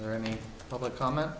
or any public comment